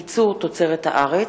ייצור תוצרת הארץ),